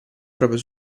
proprio